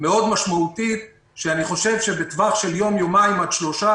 מאוד משמעותית שאני חושב שבטווח של יום יומיים עד שלושה